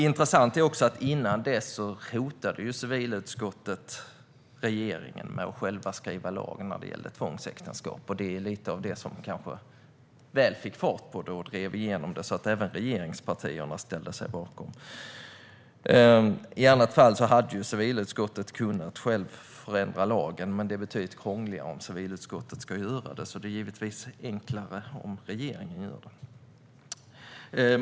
Det är också intressant att innan dess hotade civilutskottet regeringen med att skriva en lag om tvångsäktenskap. Det är kanske lite av det som fick fart på arbetet så att även regeringspartierna ställde sig bakom en översyn. I annat fall hade civilutskottet självt kunnat initiera en förändring av lagen, men det är betydligt krångligare om civilutskottet ska göra det. Det är givetvis enklare om regeringen gör det.